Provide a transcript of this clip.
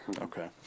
Okay